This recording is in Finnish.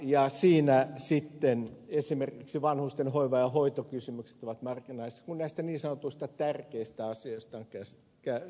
ja siinä sitten esimerkiksi vanhustenhoiva ja hoitokysymykset ovat marginaalissa kun näistä niin sanotuista tärkeistä asioista on käyty keskustelua